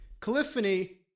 Caliphany